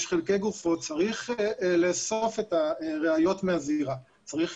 יש חלקי גופות, צריך לאסוף את הראיות מהזירה, צריך